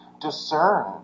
discern